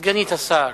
סגנית השר